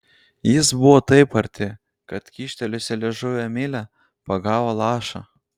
jis buvo taip arti kad kyštelėjusi liežuvį emilė pagavo lašą